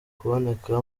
kuboneka